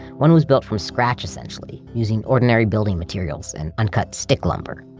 one was built from scratch essentially, using ordinary building materials and uncut stick lumber.